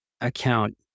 account